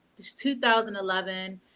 2011